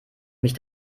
mich